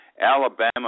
Alabama